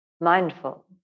mindful